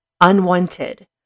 unwanted